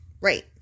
Right